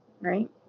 right